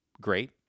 great